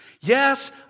yes